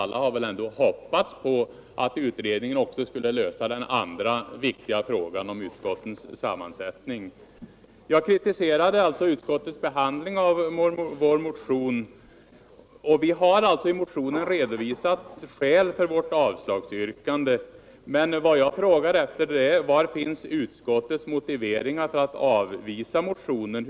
Alla har väl ändå hoppats att utredningen också skulle lösa den andra viktiga frågan, om utskottens sammansättning. Jag kritiserade utskottets behandling av vår motion, där vi har redovisat skälen för vårt yrkande. Men jag frågade efter utskottets motiveringar för att avvisa motionen.